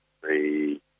three